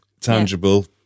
tangible